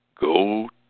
Go